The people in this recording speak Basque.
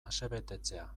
asebetetzea